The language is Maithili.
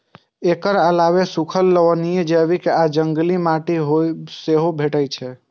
एकर अलावे सूखल, लवणीय, जैविक आ जंगली माटि सेहो भेटै छै